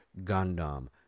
gundam